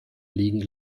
liegen